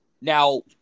Now